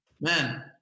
man